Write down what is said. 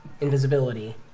invisibility